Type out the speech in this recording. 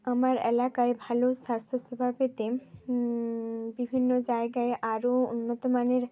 আমার এলাকায় ভালো স্বাস্থ্যসেবা পেতে বিভিন্ন জায়গায় আরো উন্নত মানের